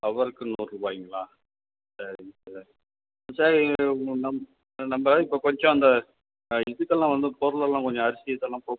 ஹவர்க்கு நூறுபாய்ங்களா சரிங்க சார் நம் நம்ப இப்ப கொஞ்சம் அந்த இதுக்கெல்லாம் வந்து பொருளெல்லாம் கொஞ்சம் அரிசி இதெல்லாம் பொ